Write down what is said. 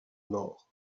nord